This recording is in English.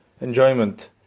enjoyment